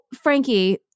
Frankie